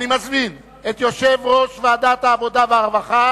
אני מזמין את יושב-ראש ועדת העבודה והרווחה